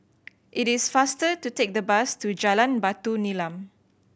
it is faster to take the bus to Jalan Batu Nilam